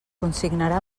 consignarà